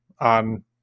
on